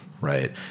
right